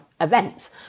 events